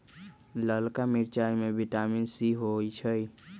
ललका मिरचाई में विटामिन सी होइ छइ